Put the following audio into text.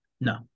No